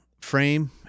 frame